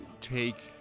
take